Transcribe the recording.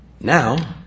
Now